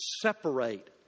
Separate